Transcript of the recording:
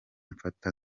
mfata